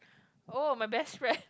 oh my best friend